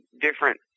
different